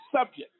subject